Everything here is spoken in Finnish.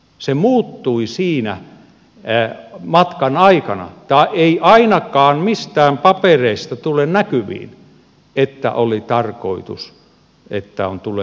se muuttui siinä matkan aikana tai ei ainakaan mistään papereista tule näkyviin että oli tarkoitus että tulee uusintakierros